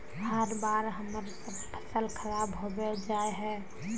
हर बार हम्मर सबके फसल खराब होबे जाए है?